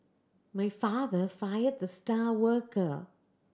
my father fired the star worker